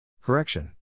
Correction